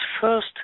first